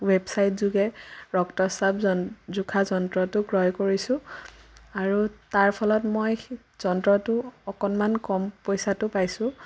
ৱেবচাইটযোগে ৰক্তচাপ জোখা যন্ত্ৰটো ক্ৰয় কৰিছোঁ আৰু তাৰ ফলত মই যন্ত্ৰটো অকণমান কম পইচাতো পাইছোঁ